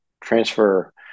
transfer